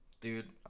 Dude